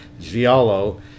Giallo